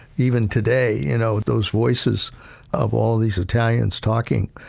even today, you know, those voices of all these italians talking.